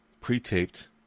pre-taped